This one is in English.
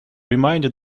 reminded